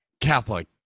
Catholic